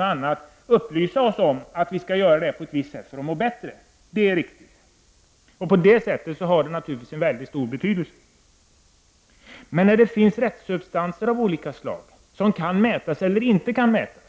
En annan sak är att vi genom utbildning och information får kunskaper om vad vi skall äta för att må bättre. Det har naturligtvis stor betydelse. Om vi däremot äter mat som innehåller restsubstanser av olika slag men som inte kan mätas,